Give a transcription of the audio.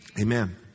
Amen